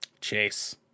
Chase